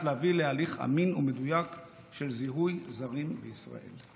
להביא להליך אמין ומדויק של זיהוי זרים בישראל.